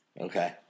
Okay